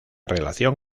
relación